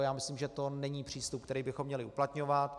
Já myslím, že to není přístup, který bychom měli uplatňovat.